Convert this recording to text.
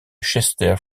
chester